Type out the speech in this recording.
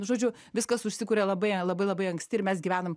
žodžiu viskas užsikuria labai labai labai anksti ir mes gyvenam